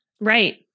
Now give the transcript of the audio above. Right